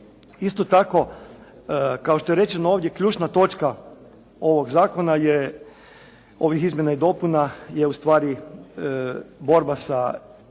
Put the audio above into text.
Isto tako, kao što je rečeno ovdje ključna točka ovog zakona je, ovih izmjena i dopuna je ustvari borba i suzbijanje